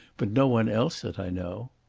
but no one else that i know.